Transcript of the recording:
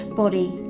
body